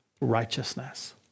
righteousness